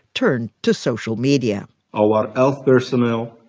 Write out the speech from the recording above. turned to social media our health personnel,